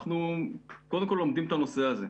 אנחנו קודם כל לומדים את הנושא הזה.